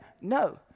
No